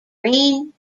green